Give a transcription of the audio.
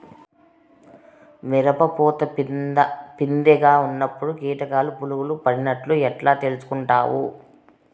మిరప పూత పిందె గా ఉన్నప్పుడు కీటకాలు పులుగులు పడినట్లు ఎట్లా తెలుసుకుంటావు?